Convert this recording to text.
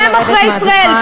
אתם עוכרי ישראל,